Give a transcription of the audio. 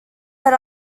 that